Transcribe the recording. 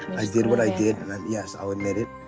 i did what i did and yes i'll admit it.